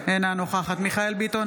אינה נוכחת מיכאל מרדכי ביטון,